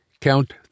Count